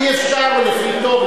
אי-אפשר לפי תור,